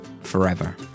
forever